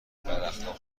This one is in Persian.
بداخلاق